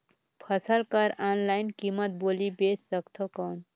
फसल कर ऑनलाइन कीमत बोली बेच सकथव कौन?